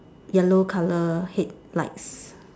yellow color headlights